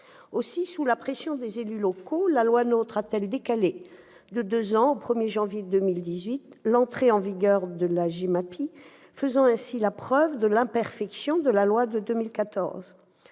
Aussi, sous la pression des élus locaux, la loi NOTRe a-t-elle repoussé de deux ans, au 1 janvier 2018, l'entrée en vigueur de la GEMAPI, faisant ainsi la preuve de l'imperfection de la loi de 2014.